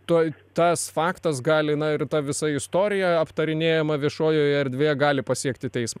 tuoj tas faktas gali na ir visa istorija aptarinėjama viešojoje erdvėje gali pasiekti teismą